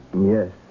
Yes